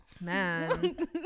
Man